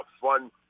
fun